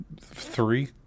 Three